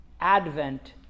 advent